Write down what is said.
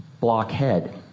Blockhead